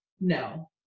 no